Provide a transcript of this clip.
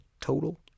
total